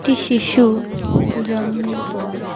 একটি শিশু জন্মের পর